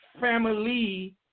family